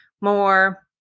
more